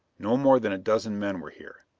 no more than a dozen men were here,